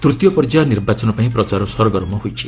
ତୂତୀୟ ପର୍ଯ୍ୟାୟ ନିର୍ବାଚନ ପାଇଁ ପ୍ରଚାର ସରଗରମ ହୋଇଛି